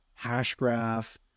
Hashgraph